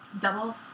doubles